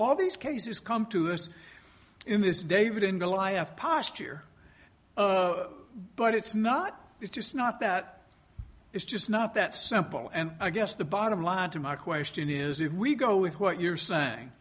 all these cases come to us in this david and goliath past year but it's not it's just not that it's just not that simple and i guess the bottom line to my question is if we go with what you're saying